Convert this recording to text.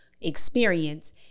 experience